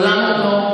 עולם ומלואו.